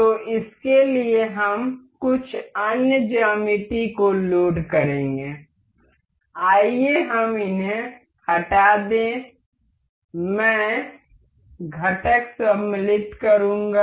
तो इसके लिए हम कुछ अन्य ज्यामिति को लोड करेंगे आइए हम इन्हें हटा दें मैं घटक सम्मिलित करूंगा